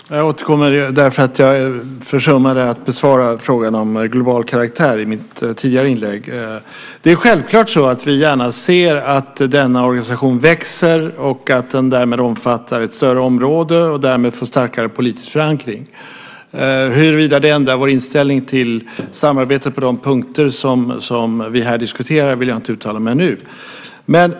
Herr talman! Jag återkommer därför att jag försummade att besvara frågan om global karaktär i mitt tidigare inlägg. Det är självklart så att vi gärna ser att denna organisation växer och att den därmed omfattar ett större område och får starkare politisk förankring. Huruvida det ändrar vår inställning till samarbetet på de punkter som vi här diskuterar vill jag inte nu uttala mig om.